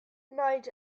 night